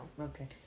Okay